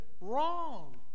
wrong